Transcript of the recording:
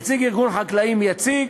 נציג ארגון חקלאים יציג